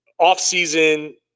offseason